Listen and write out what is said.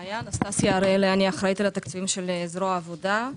אני אחראית על התקציבים של זרוע העבודה.